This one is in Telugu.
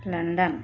లండన్